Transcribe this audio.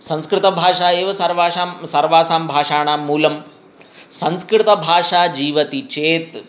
संस्कृतभाषा एव सर्वाषां सर्वासां भाषाणां मूलं संस्कृतभाषा जीवति चेत्